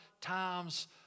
times